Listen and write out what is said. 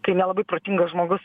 kai nelabai protingas žmogus